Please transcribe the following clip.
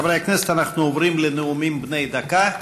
חברי הכנסת, אנחנו עוברים לנאומים בני דקה.